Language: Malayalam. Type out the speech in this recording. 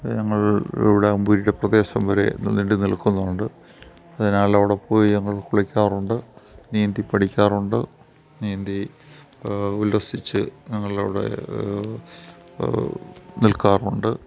ഞങ്ങൾ ഇവിടെ വിഴിപ്രദേശം വരെ നീണ്ടുനിൽക്കുന്നുണ്ട് അതിനാൽ അവിടെ പോയി ഞങ്ങൾ കുളിക്കാറുണ്ട് നീന്തി പഠിക്കാറുണ്ട് നീന്തി ഉല്ലസിച്ച് ഞങ്ങളവിടെ നിൽക്കാറുണ്ട്